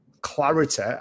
clarity